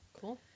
cool